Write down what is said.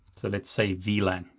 so let's say vlan,